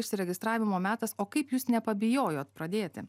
išsiregistravimo metas o kaip jūs nepabijojot pradėti